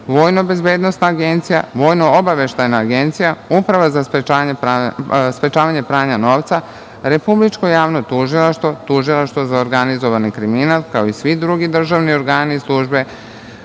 Vojno-bezbednosna agencija, Vojno-obaveštajna agencija, Uprava za sprečavanje pranja novca, Republičko javno tužilaštvo, Tužilaštvo za organizovani kriminal, kao i svi drugi državni organi i službe